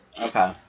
Okay